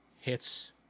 hits